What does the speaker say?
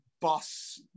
boss